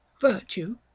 virtue